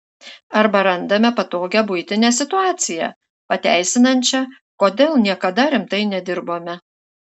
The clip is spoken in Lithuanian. arba randame patogią buitinę situaciją pateisinančią kodėl niekada rimtai nedirbome